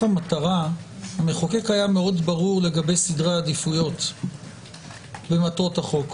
המטרה המחוקק היה מאוד ברור לגבי סדרי עדיפויות במטרות החוק.